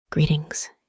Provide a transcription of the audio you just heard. Greetings